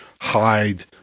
hide